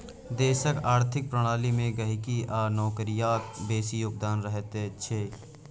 देशक आर्थिक प्रणाली मे गहिंकी आ नौकरियाक बेसी योगदान रहैत छै